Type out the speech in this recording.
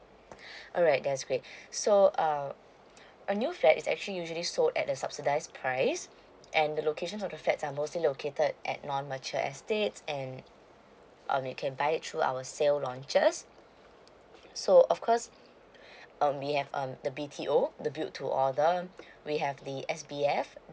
alright that's great so um a new flat is actually usually sold at the subsidize price and the location of the flat uh mostly located at non mature estates and um you can buy it through our sale launches so off course um we have um the B_T_O the build to order we have the S_B_F